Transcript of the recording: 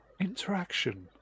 interaction